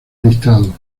listado